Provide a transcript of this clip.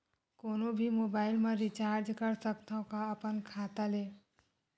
कोनो भी मोबाइल मा रिचार्ज कर सकथव का अपन खाता ले?